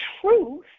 truth